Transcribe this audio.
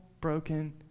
broken